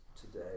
today